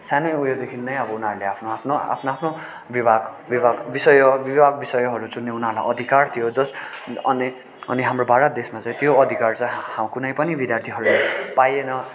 सानै उयोदेखि नै अब उनीहरूले आफ्नो आफ्नो आफ्नो आफ्नो विभाग विभाग विषय विभाग विषयहरू चुन्ने उनीहरूलाई अधिकार थियो जस अनि अनि हाम्रो भारत देशमा चाहिँ त्यो अधिकार चाहिँ कुनै पनि विद्यार्थीहरूले पाएन